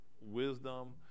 wisdom